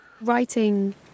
writing